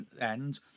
end